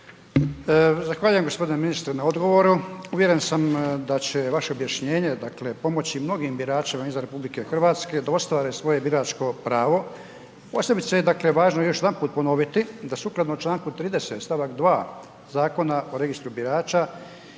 Zahvaljujem gospodine ministre na odgovoru. Uvjeren sam da će vaše objašnjenje pomoći mnogim biračima izvan RH, da ostvare svoje biračko pravo, posebice dakle, je važno još jedanput ponoviti, da sukladno čl. 30. stavak 2. Zakona o registru birača,